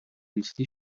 ریختی